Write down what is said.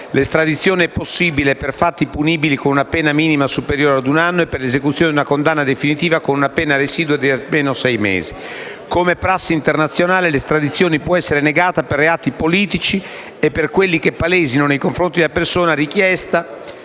L'estradizione è possibile per fatti punibili con una pena minima superiore ad un anno e per l'esecuzione di una condanna definitiva con una pena residua di almeno sei mesi. Com'è prassi internazionale, l'estradizione può essere negata per reati politici e per quelli che palesino nei confronti della persona richiesta